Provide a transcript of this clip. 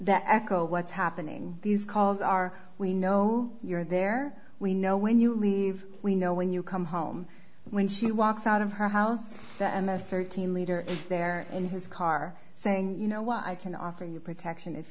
that echo what's happening these calls are we know you're there we know when you leave we know when you come home when she walks out of her house thirteen leader and they're in his car saying you know what i can offer you protection if